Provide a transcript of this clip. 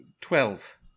Twelve